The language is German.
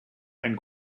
ein